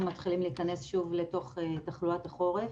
מתחילים להיכנס שוב לתוך תחלואת החורף.